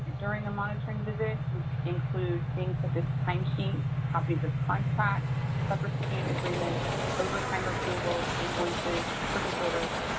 during a monitoring visit would include things such as time sheets, copies of contracts, subrecipient agreements, overtime approvals, invoices, purchase orders,